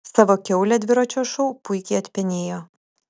savo kiaulę dviračio šou puikiai atpenėjo